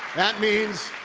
that means,